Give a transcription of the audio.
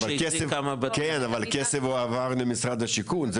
אבל כסף הועבר למשרד השיכון,